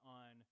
on